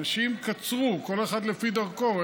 אנשים קצרו, כל אחד לפי דרכו.